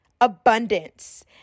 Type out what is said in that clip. abundance